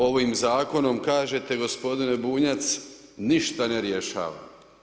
Ovim zakonom kažete gospodine Bunjac ništa ne rješavamo.